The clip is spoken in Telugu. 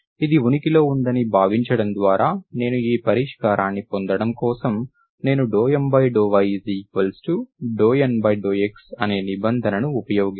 ఇది ఉనికిలో ఉందని భావించడం ద్వారా నేను ఈ పరిష్కారాన్ని పొందడం కోసం నేను ∂M∂y∂N∂x అనే నిబంధనను ఉపయోగిస్తాను